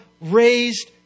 raised